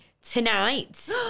tonight